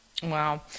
Wow